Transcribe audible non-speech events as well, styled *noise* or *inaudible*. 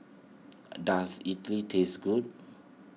*noise* does Idly tastes good